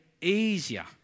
easier